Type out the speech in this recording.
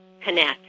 connect